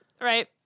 right